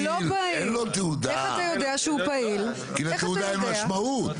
הוא לא פעיל, אין לו תעודה, כי לתעודה אין משמעות.